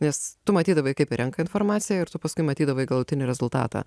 nes tu matydavai kaip jie renka informaciją ir tu paskui matydavai galutinį rezultatą